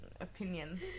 opinion